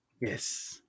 yes